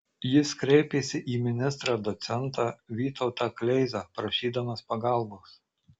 jis kreipėsi į ministrą docentą vytautą kleizą prašydamas pagalbos